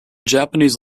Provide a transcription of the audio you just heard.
japanese